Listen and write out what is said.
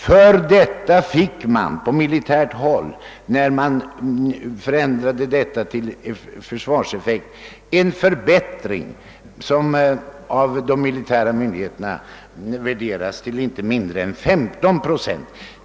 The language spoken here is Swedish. När denna kostnad omräknades i försvarseffekt kom de militära myndigheterna fram till att den skulle medföra en förbättring med inte mindre än 15 procent.